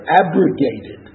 abrogated